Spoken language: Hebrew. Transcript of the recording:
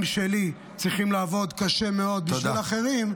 שלי צריכים לעבוד קשה מאוד בשביל אחרים,